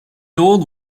old